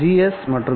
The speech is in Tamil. எஸ் மற்றும் ஜி